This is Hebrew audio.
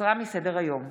הוסרה מסדר-היום.